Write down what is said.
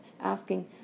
asking